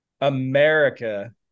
America